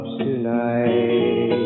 tonight